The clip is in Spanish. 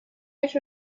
ello